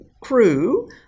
crew